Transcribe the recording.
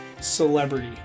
Celebrity